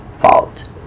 fault